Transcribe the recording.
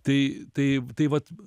tai tai tai vat